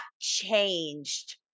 changed